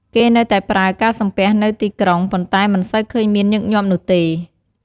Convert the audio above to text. គេនៅតែប្រើការសំពះនៅទីក្រុង ប៉ុន្តែមិនសូវឃើញមានញឹកញាប់នោះទេ។